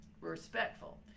respectful